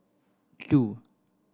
two